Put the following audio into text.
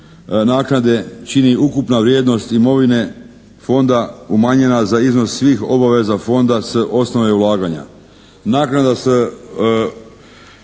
naknade čini ukupna vrijednost imovine fonda umanjena za iznos svih obaveza fonda s osnove ulaganja. Naknada se